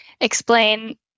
explain